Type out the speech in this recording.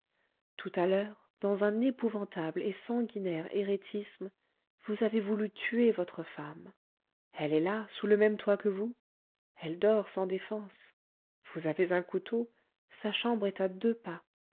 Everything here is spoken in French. tout à l'heure dans un épouvantable et sanguinaire éréthisme vous avez voulu tuer votre femme elle est là sous le même toit que vous elle dort sans défense vous avez un couteau sa chambre est à deux pas